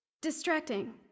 distracting